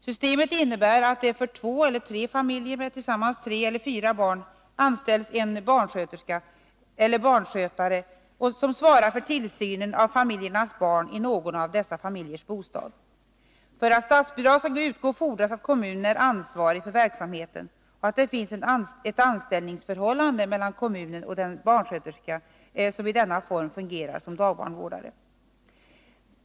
Systemet innebär att det för två eller tre familjer med tillsammans tre eller fyra barn anställs en barnsköterska eller barnskötare som svarar för tillsynen av familjernas barn i någon av dessa familjers bostad. För att statsbidrag skall utgå fordras att kommunen är ansvarig för verksamheten och att det finns ett anställningsförhållande mellan kommunen och den barnsköterska som i denna form fungerar som dagbarnvårdare.